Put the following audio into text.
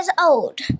old